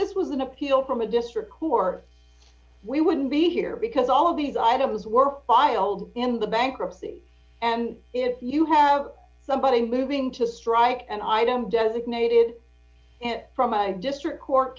this was an appeal from a district court we wouldn't be here because all of these items were filed in the bankruptcy and if you have somebody moving to strike and i don't designated from a district court